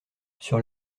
sur